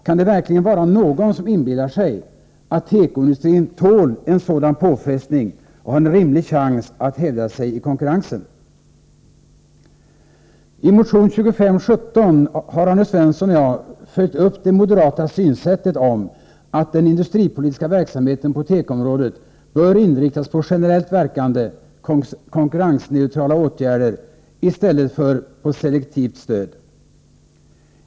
Kan det verkligen vara någon som inbillar sig att tekoindustrin tål en sådan påfrestning och har en rimlig chans att hävda sig i konkurrensen? I motion 2517 har Arne Svensson och jag följt upp det moderata synsättet, att den industripolitiska verksamheten på tekoområdet bör inriktas på generellt verkande, konkurrensneutrala åtgärder i stället för på selektivt stöd.